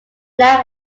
lamb